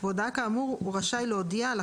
אם עצם הבעיה היתה שמישהו יגיד: מי לכל